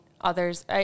others